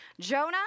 Jonah